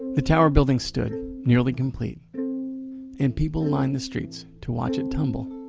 the tower building stood nearly complete and people lined the streets to watch it tumble.